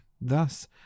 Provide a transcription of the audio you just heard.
thus